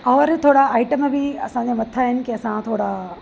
और थोरा आइटम बि असांजे मथा आहिनि की असां थोरा